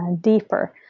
deeper